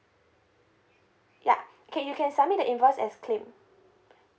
ya can you can submit the invoice as claim